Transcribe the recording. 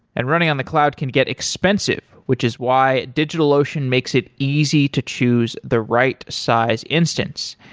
and running on the cloud can get expensive, which is why digitalocean makes it easy to choose the right size instance.